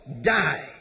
die